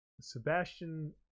Sebastian